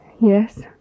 Yes